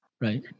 Right